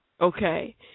Okay